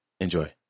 Enjoy